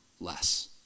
less